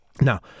Now